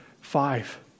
five